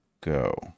go